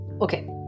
Okay